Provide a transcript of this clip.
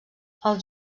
els